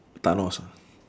thanos ah